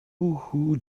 who